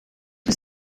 was